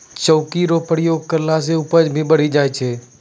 चौकी रो प्रयोग करला से उपज भी बढ़ी जाय छै